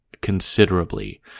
considerably